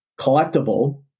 collectible